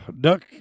duck